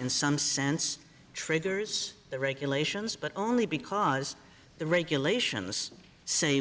in some sense triggers the regulations but only because the regulations say